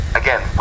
again